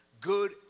good